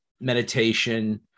meditation